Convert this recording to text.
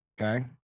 Okay